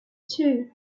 two